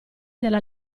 della